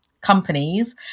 companies